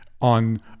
on